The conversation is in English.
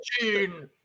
Gene